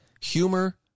humor